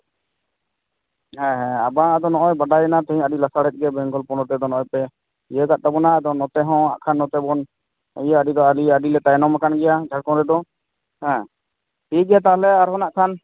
ᱦᱮᱸ ᱦᱮᱸ ᱟᱨ ᱵᱟᱝ ᱱᱚᱜᱼᱚᱭ ᱵᱟᱰᱟᱭᱮᱱᱟ ᱛᱮᱦᱮᱧ ᱟᱹᱰᱤ ᱞᱟᱥᱟᱲᱦᱮᱫ ᱜᱮ ᱵᱮᱝᱜᱚᱞ ᱯᱚᱱᱚᱛ ᱨᱮᱫᱚ ᱱᱚᱜᱼᱚᱭ ᱯᱮ ᱤᱭᱟᱹ ᱠᱟᱜ ᱛᱟᱵᱚᱱᱟ ᱟᱫᱚ ᱱᱚᱛᱮ ᱦᱚᱸ ᱦᱟᱸᱜ ᱠᱷᱟᱱ ᱟᱫᱚ ᱱᱚᱛᱮ ᱵᱚᱱ ᱤᱭᱟᱹ ᱟᱹᱰᱤ ᱟᱹᱰᱤ ᱞᱮ ᱛᱟᱭᱱᱚᱢᱟᱠᱟᱱ ᱜᱮᱭᱟ ᱡᱷᱟᱲᱠᱷᱚᱸᱰ ᱨᱮᱫᱚ ᱦᱮᱸ ᱴᱷᱤᱠᱜᱮᱭᱟ ᱛᱟᱦᱚᱞᱮ ᱟᱨᱚ ᱱᱟᱜ ᱠᱷᱟᱱ